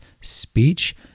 speech